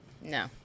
No